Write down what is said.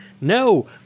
No